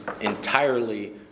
entirely